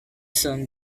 soon